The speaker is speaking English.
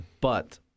but-